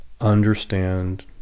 understand